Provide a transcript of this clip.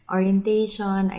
Orientation